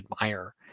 admire